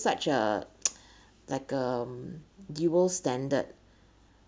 such a like um dual standard